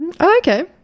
okay